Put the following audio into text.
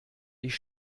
ich